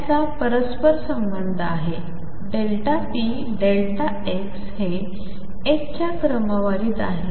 त्यांचा परस्पर संबंध आहे ΔpΔx हे ℏ च्या क्रमवारीत आहे